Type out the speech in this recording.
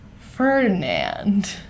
Ferdinand